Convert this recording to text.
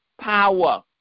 power